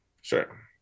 sure